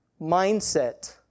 mindset